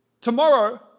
tomorrow